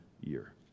year